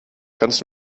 kannst